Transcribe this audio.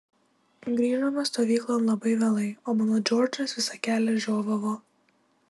grįžome stovyklon labai vėlai o mano džordžas visą kelią žiovavo